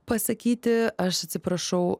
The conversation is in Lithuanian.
pasakyti aš atsiprašau